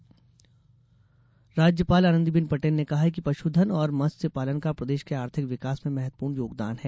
राज्यपाल राज्यपाल आनन्दीबेन पटेल ने कहा है कि पशुधन और मत्स्य पालन का प्रदेश के आर्थिक विकास में महत्वपूर्ण योगदान है